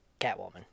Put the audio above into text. Catwoman